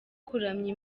kuramya